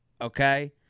okay